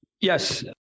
Yes